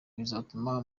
bizatuma